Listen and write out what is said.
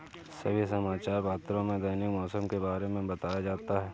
सभी समाचार पत्रों में दैनिक मौसम के बारे में बताया जाता है